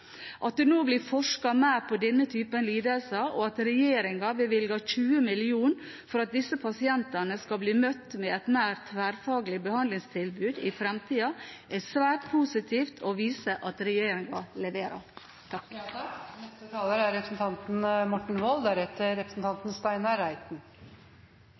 At det nå blir forsket mer på denne typen lidelser, og at regjeringen bevilger 20 mill. kr for at disse pasientene skal bli møtt med et mer tverrfaglig behandlingstilbud i fremtiden, er svært positivt og viser at regjeringen leverer.